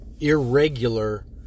irregular